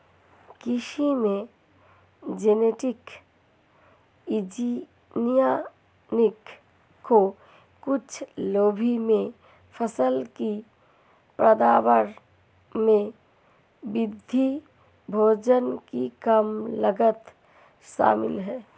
कृषि में genetic engineering के कुछ लाभों में फसल की पैदावार में वृद्धि, भोजन की कम लागत शामिल हैं